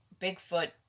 Bigfoot